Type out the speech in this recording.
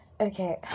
Okay